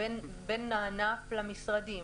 בין הענף למשרדים.